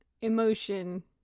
emotion